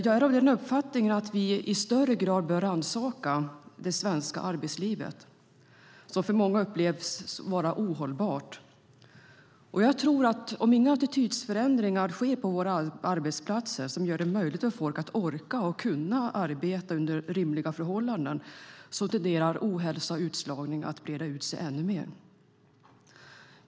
Jag är av uppfattningen att vi i högre grad bör rannsaka det svenska arbetslivet, som för många upplevs vara ohållbart. Om inga attitydförändringar sker på våra arbetsplatser som gör det möjligt för folk att arbeta under rimliga förhållanden tenderar ohälsa och utslagning att breda ut sig ännu mer.